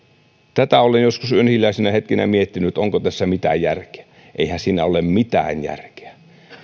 tätä olen joskus yön hiljaisina hetkinä miettinyt onko tässä mitään järkeä eihän siinä ole mitään järkeä